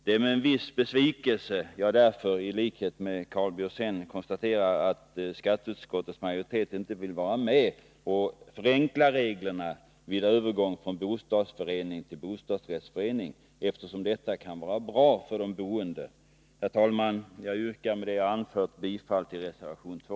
Det är med viss besvikelse som jag, i likhet med Karl Björzén, konstaterar att skatteutskottets majoritet inte vill vara med och förenkla reglerna för övergång från bostadsförening till bostadsrättsförening, eftersom detta kan vara bra för de boende. Herr talman! Jag yrkar med vad jag anfört bifall till reservation 2.